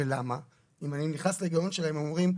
אם אני נכנס להיגיון שלהם הם אומרים,